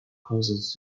courses